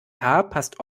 passt